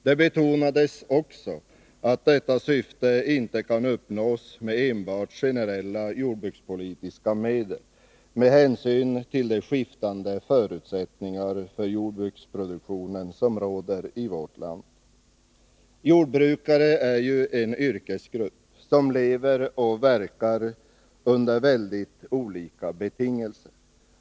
Det betonades också att detta syfte inte kan uppnås med enbart generella jordbrukspolitiska medel med hänsyn till de skiftande förutsättningar för jordbruksproduktionen som råder i vårt land. Jordbrukare är ju en yrkesgrupp som lever och verkar under väldigt olika betingelser.